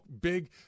big